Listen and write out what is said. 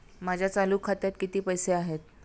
माझ्या चालू खात्यात किती पैसे आहेत?